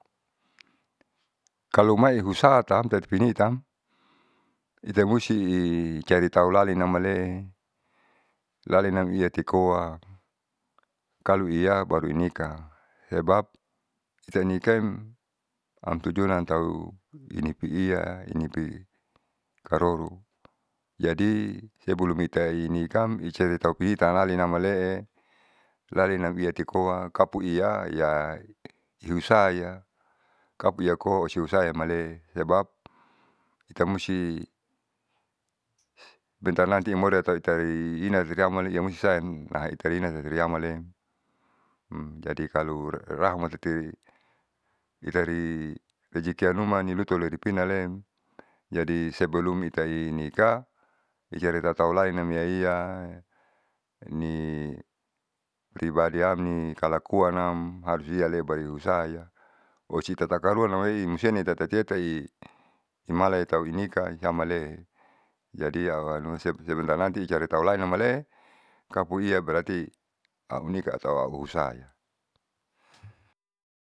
Kalo mai usahatam tati pinahiitam ita musti i cari tau lalinamalee lalinamiatikoa kalo iya baru inika sebab senikem am tujuanam tau inipiya inipi karoro jadi sebelum itainikam icaritau pihitanlalinamaele lalinam iyatikoa kapu iyaya ihusaya kapuikoa iusaha malee sebab ita musti bentar nanti imorin atau itari ina ama musti sayang hitarina tati riamalan jadi kalo rahmati itari rejekiamnuma ipinalem. Jadi sebelum itainikah icarita tau lalinam iyaiya ni pribadiam kalakuanam harus liabae usaha osi tatakaruan namoi musiena ita tatieta imalan tau inikah isiamale. Jadi auharuma siam sebentar nanti hulainamalee kapuia berarti aunikah atau auusahaya.